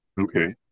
Okay